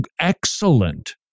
excellent